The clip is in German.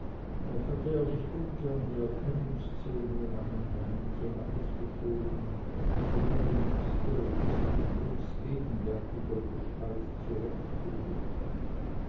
auch hatte er nicht ungern die erkennungsszene um einen moment hinausgeschoben den er benutzte um sich in jürgs gegenwärtiger gestalt zurechtzufinden